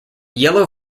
yellow